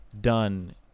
done